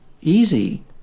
easy